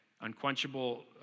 unquenchable